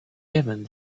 event